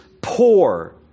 poor